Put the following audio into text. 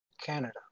Canada